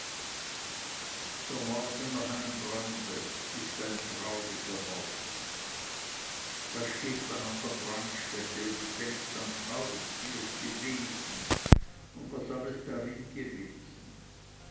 der morgen nach einem brande ist ein trauriger morgen da steht man an der brandstätte und denkt ans haus wie es gewesen und was alles darin gewesen